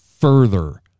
further